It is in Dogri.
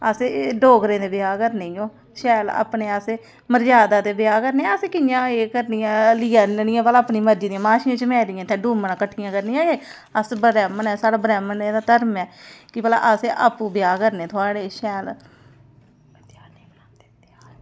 असें डोगरें दे ब्याह् करना ई ओ शैल अपने असें मरजादै दे ब्याह् करना असें कि'यां एह् करनी ऐ लेआन्नियां भला अपनी मरज़ी दी महाशियां चमैरियां डूमन्नियां किट्ठियां करनियां के अस ब्राह्म्मण ऐं ते साढ़ा ब्राह्म्मणै दा धर्म ऐ कि असें आपूं ब्याह् करने थुआढ़े शैल